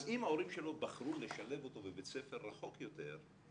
אם ההורים שלו בחרו לשלב אותו בבית ספר רחוק יותר,